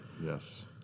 Yes